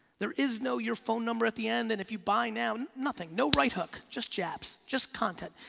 there is no your phone number at the end and if you buy now, nothing. no right hook, just jabs, just content,